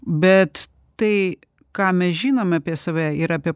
bet tai ką mes žinom apie save ir apie